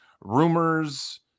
rumors